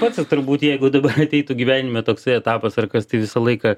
pats ir turbūt jeigu dabar ateitų gyvenime toksai etapas ar kas tai visą laiką